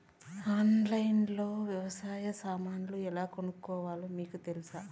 ఆన్లైన్లో లో వ్యవసాయ సామాన్లు ఎలా కొనుక్కోవాలో మీకు తెలుసా?